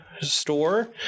Store